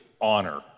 Honor